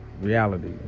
reality